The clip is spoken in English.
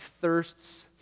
thirsts